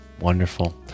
wonderful